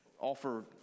offer